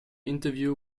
interview